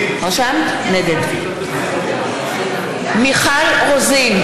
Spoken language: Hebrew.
נגד מיכל רוזין,